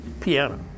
piano